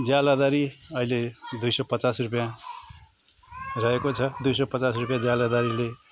ज्यालादारी अहिले दुई सौ पचास रुपियाँ रहेको छ दुई सौ पचास रुपियाँ ज्यालादारीले